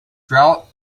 drought